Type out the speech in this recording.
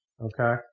Okay